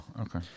Okay